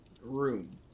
room